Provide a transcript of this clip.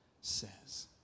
says